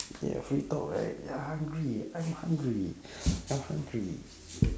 ya if we talk right ya hungry I'm hungry I'm hungry